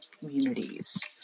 communities